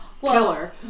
killer